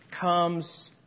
comes